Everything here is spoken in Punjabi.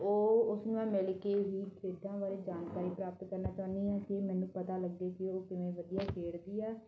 ਉਹ ਉਸ ਨਾਲ ਮਿਲ ਕੇ ਖੇਡਾਂ ਬਾਰੇ ਜਾਣਕਾਰੀ ਪ੍ਰਾਪਤ ਕਰਨਾ ਚਾਹੁੰਦੀ ਹਾਂ ਕਿ ਮੈਨੂੰ ਪਤਾ ਲੱਗੇ ਕਿ ਉਹ ਕਿਵੇਂ ਵਧੀਆ ਖੇਡਦੀ ਆ